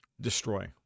destroy